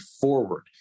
forward